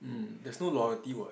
mm there's no loyalty what